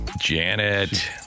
Janet